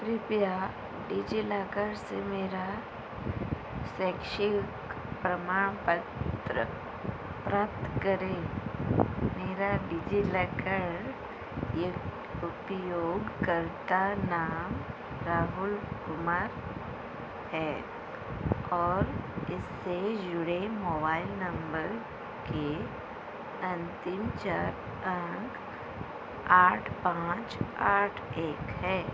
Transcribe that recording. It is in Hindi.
कृपया डिज़िलॉकर से मेरा शैक्षिक प्रमाणपत्र प्राप्त करें मेरा डिज़िलॉकर उपयोगकर्ता नाम राहुल कुमार है और इससे जुड़े मोबाइल नम्बर के अन्तिम चार अंक आठ पाँच आठ एक हैं